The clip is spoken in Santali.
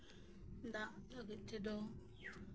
ᱫᱟᱜ ᱞᱟᱹᱜᱤᱫ ᱛᱮᱫᱚ